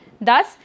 thus